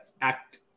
act